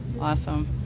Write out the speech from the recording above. Awesome